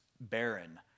barren